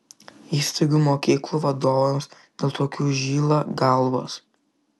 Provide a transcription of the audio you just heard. įstaigų mokyklų vadovams dėl tokių žyla galvos